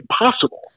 impossible